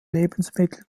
lebensmittel